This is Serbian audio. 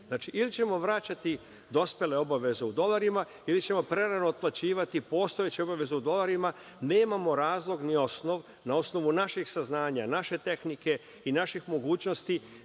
Znači, ili ćemo vraćati dospele obaveze u dolarima, ili ćemo prerano otplaćivati postojeće obaveze u dolarima, nemamo razlog ni osnov, na osnovu našeg saznanja, naše tehnike i naših mogućnosti,